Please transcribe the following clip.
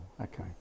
okay